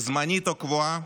זמנית או קבועה,